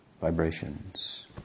vibrations